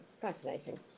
fascinating